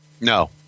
No